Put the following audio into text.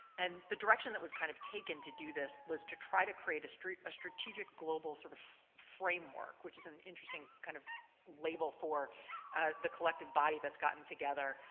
and the direction that we've kind of taken to do this was to try to create a ah strategic global sort of framework, which is an interesting kind of label for the collective body that's gotten together,